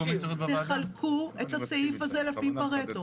תחלקו את הסעיף הזה לפי פרטו.